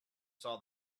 saw